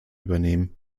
übernehmen